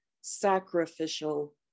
sacrificial